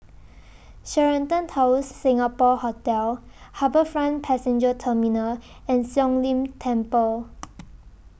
Sheraton Towers Singapore Hotel HarbourFront Passenger Terminal and Siong Lim Temple